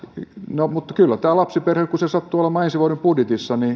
no mutta kyllä tämä lapsiperheillä kun se sattuu olemaan ensi vuoden budjetissa